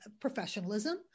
professionalism